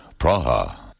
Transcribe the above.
Praha